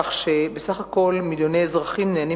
כך שבסך הכולל מיליוני אזרחים נהנים